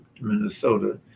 Minnesota